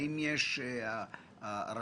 האם הם הנחו אתכם לגבי עקרונות הפעלתו?